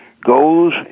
goes